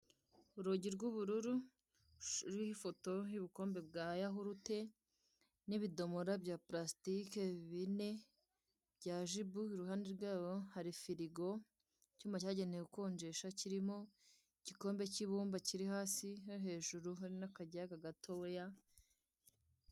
Urugi rw'ubururu ruriho ifoto y'ubukombe bwa yahurute n'ibidomora bya palasitike bine bya jibu iruhande hari firigo icyuma cyagenewe gukonjesha kirimo igikombe k'ibimba kiri hasi no hejuru rwaho hari n'akajyaga gatoya.